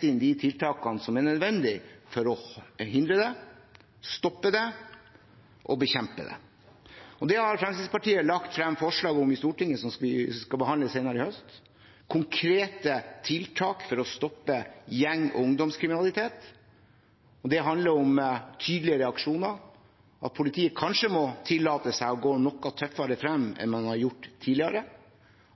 inn de tiltakene som er nødvendige for å forhindre det, stoppe det og bekjempe det. Det har Fremskrittspartiet lagt frem forslag om i Stortinget som vi skal behandle senere i høst, konkrete tiltak for å stoppe gjeng- og ungdomskriminalitet. Det handler om tydelige reaksjoner – at politiet kanskje må tillate seg å gå noe tøffere frem enn man har gjort tidligere,